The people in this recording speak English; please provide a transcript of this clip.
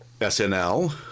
SNL